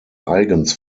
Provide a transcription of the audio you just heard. eigens